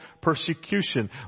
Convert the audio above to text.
persecution